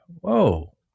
whoa